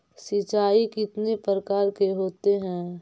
सिंचाई कितने प्रकार के होते हैं?